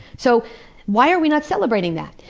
so why are we not celebrating that?